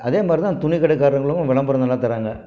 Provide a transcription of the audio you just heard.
அதே மாதிரிதான் துணி கடைக்காரங்களும் விளம்பரங்கள்லாம் தராங்க